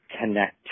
connect